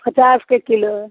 पचास के किलो है